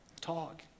talk